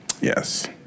Yes